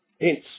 Hence